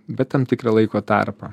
bet tam tikrą laiko tarpą